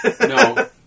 No